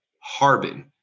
Harbin